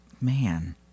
Man